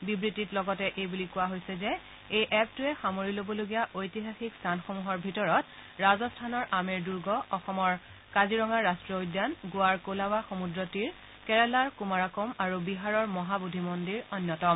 বিবৃতিত লগতে এই বুলি কোৱা হৈছে যে এই এপটোৱে সামৰি ল'বলগীয়া ঐতিহাসিক স্থানসমূহৰ ভিতৰত ৰাজস্থানৰ আমেৰ দূৰ্গ অসমৰ কাজিৰঙা ৰাষ্টীয় উদ্যান গোৱাৰ কোলাৱা সমূদ্ৰ তীৰ কেৰালাৰ কুমাৰাক ম আৰু বিহাৰৰ মহাবোধি মন্দিৰ অন্যতম